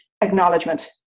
acknowledgement